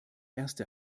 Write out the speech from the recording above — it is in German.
erste